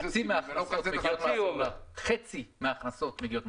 מן ההכנסות של